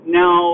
now